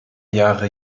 jahre